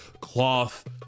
cloth